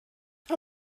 how